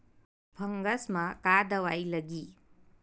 Fungus म का दवाई लगी?